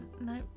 No